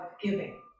giving